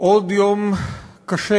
עוד יום קשה,